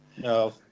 no